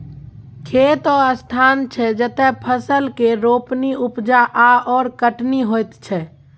खेत ओ स्थान छै जतय फसल केर रोपणी, उपजा आओर कटनी होइत छै